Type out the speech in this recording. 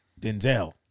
Denzel